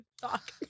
talk